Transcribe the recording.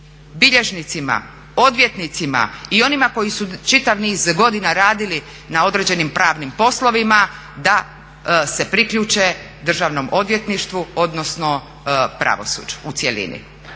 bilježnicima, odvjetnicima i onima koji su čitav niz godina radili na određenim pravnim poslovima da se priključe državnom odvjetništvu odnosno pravosuđu u cjelini.